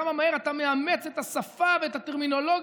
כמה מהר אתה מאמץ את השפה ואת הטרמינולוגיה